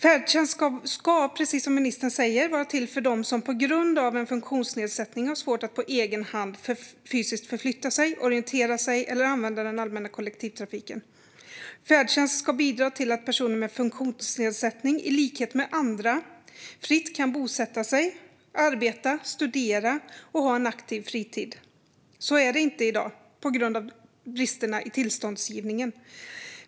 Färdtjänst ska, precis som ministern säger, vara till för dem som på grund av en funktionsnedsättning har svårt att på egen hand fysiskt förflytta sig, orientera sig eller använda den allmänna kollektivtrafiken. Färdtjänst ska bidra till att personer med funktionsnedsättning i likhet med andra fritt kan bosätta sig, arbeta, studera och ha en aktiv fritid. Så är det inte i dag på grund av bristerna i tillståndsgivningen.